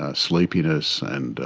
ah sleepiness and